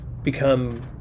become